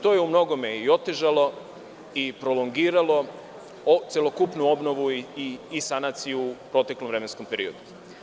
To je u mnogome otežalo i prolongiralo celokupnu obnovu i sanaciju u proteklom vremenskom periodu.